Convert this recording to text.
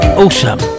Awesome